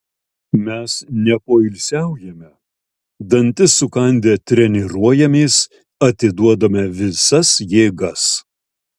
mes nepoilsiaujame dantis sukandę treniruojamės atiduodame visas jėgas